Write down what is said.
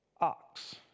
ox